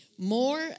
More